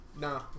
Nah